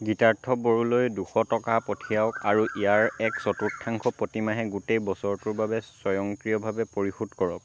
গীতাৰ্থ বড়োলৈ দুশ টকা পঠিয়াওক আৰু ইয়াৰ এক চতুৰ্থাংশ প্ৰতি মাহে গোটেই বছৰটোৰ বাবে স্বয়ংক্ৰিয়ভাৱে পৰিশোধ কৰক